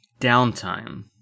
Downtime